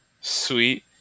Sweet